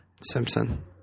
Simpson